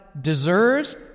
deserves